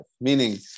meaning